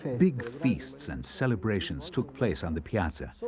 big feasts and celebrations took place on the piazza.